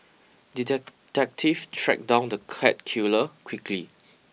the tracked down the cat killer quickly